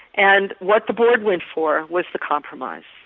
and what the board went for was the compromise.